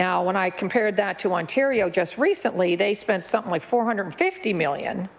yeah when i compared that to ontario just recently, they spent something like four hundred and fifty million,